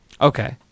Okay